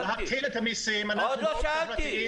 --- להקטין את המיסים -- -אנחנו מאוד חברתיים.